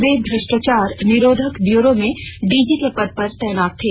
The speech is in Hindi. वे भ्रष्टाचार निरोधक ब्यूरो में डीजी के पद पर तैनात थे